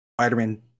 Spider-Man